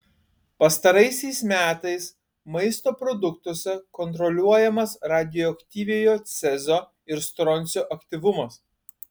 pastaraisiais metais maisto produktuose kontroliuojamas radioaktyviojo cezio ir stroncio aktyvumas